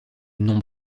nom